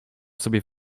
sobie